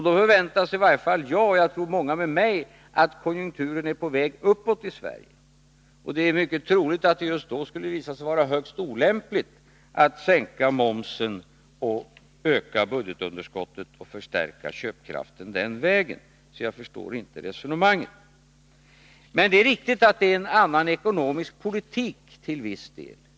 Då förväntar åtminstone jag mig, och jag tror många med mig, att konjunkturen är på väg uppåt i Sverige, och det är mycket troligt att det just då skulle visa sig vara högst olämpligt att sänka momsen och öka budgetunderskottet och förstärka köpkraften den vägen. Men det är riktigt att det till viss del är en annan ekonomisk politik.